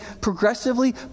progressively